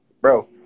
Bro